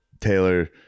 Taylor